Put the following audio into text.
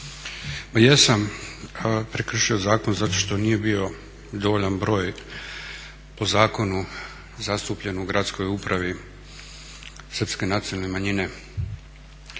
Pa jesam prekršio zakon zato što nije bio dovoljan broj po zakonu zastupljeno u gradskoj upravi Srpske nacionalne manjine.